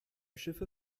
schiffe